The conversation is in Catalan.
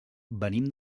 venim